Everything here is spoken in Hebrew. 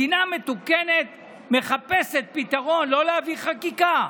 מדינה מתוקנת מחפשת פתרון, לא להביא חקיקה.